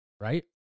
right